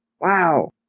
Wow